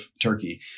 Turkey